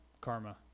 karma